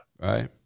Right